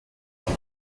hals